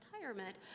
retirement